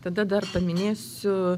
tada dar paminėsiu